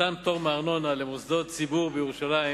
מתן פטור מארנונה למוסדות ציבור בירושלים